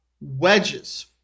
wedges